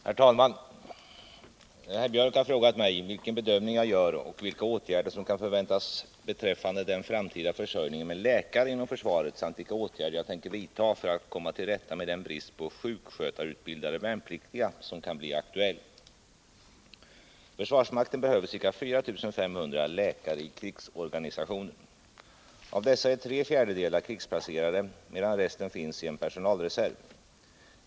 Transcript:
Herr talman! Herr Biörck i Värmdö har frågat mig vilken bedömning jag gör och vilka åtgärder som kan förväntas beträffande den framtida försörjningen med läkare inom försvaret samt vilka åtgärder jag tänker vidta för att komma till rätta med den brist på sjukskötarutbildade värnpliktiga som kan bli aktuell. Försvarsmakten behöver ca 4 500 läkare i krigsorganisationen. Av dessa är tre fjärdedelar krigsplacerade, medan resten finns i en personalreserv.